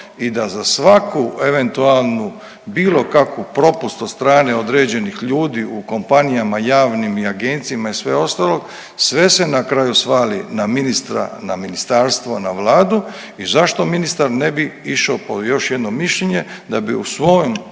i da za svaku eventualnu, bilo kakav propust od strane određenih ljudi u kompanijama javnim i agencijama i sve ostalo sve se na kraju svali na ministra, na ministarstvo, na Vladu. I zašto ministar ne bi išao po još jedno mišljenje da bi u svojem